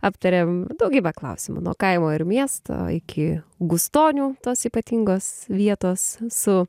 aptarėm daugybę klausimų nuo kaimo ir miesto iki gustonių tos ypatingos vietos su